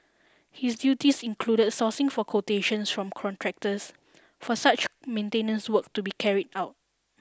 his duties included sourcing for quotations from contractors for such maintenance work to be carried out